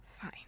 fine